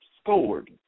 scored